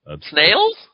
Snails